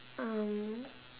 um